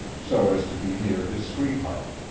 so as to be near his sweetheart.